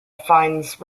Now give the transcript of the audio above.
finds